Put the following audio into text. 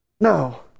No